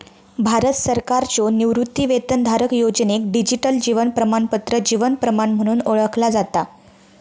भारत सरकारच्यो निवृत्तीवेतनधारक योजनेक डिजिटल जीवन प्रमाणपत्र जीवन प्रमाण म्हणून ओळखला जाता